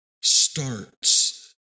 starts